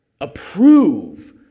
Approve